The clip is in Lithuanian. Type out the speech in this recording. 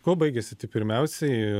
kuo baigėsi tai pirmiausiai